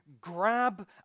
grab